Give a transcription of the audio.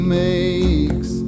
makes